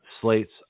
slates